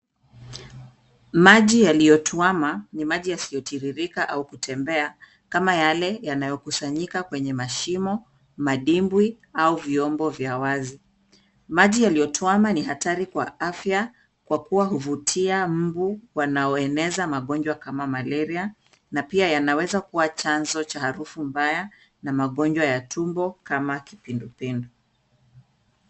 Maji yaliyotuama ni maji yasiyotiririka au kutembea kama yale yanayo kusanyika kwenye mashimo, madimbwi au vyombo vya wazi. Maji yaliyotuama ni hatari kwa afya kwa kuwa huvutia mbu wanaoeneza magonjwa kama malaria na pia yanawezakua chanzo cha harufu mbaya na magonjwa ya tumbo kama kipindupindu.